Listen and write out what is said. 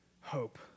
hope